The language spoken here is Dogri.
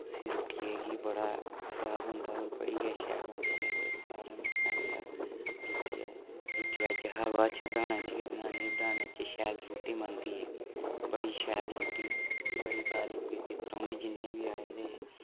उसी रुट्टिये गी बड़ा स्वाद होंदा होर बड़ी गै शैल होंदी ऐसे सरे लोकें आखेआ रुट्टी अज्ज हा बाद च डाह्नै च गै बनानी डाह्नै च शैल रुट्टी बनदी बड़ी शैल रुट्टी बड़ी तरीफ कीती परौह्ने जिन्ने बी आए दे हे